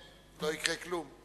שלא יקרה כלום.